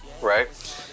Right